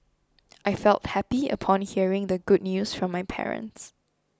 I felt happy upon hearing the good news from my parents